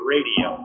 Radio